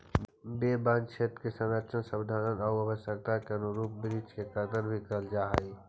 वे वनक्षेत्र के संरक्षण, संवर्धन आउ आवश्यकता के अनुरूप वृक्ष के कर्तन भी करल जा हइ